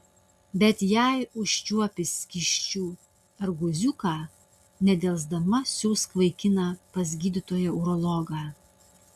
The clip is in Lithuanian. bet jei užčiuopi skysčių ar guziuką nedelsdama siųsk vaikiną pas gydytoją urologą